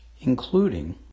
including